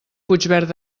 puigverd